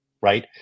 right